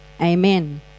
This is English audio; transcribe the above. amen